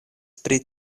pri